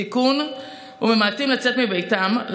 סיכון וממעטים לצאת מביתם,